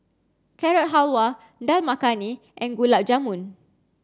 Carrot Halwa Dal Makhani and Gulab Jamun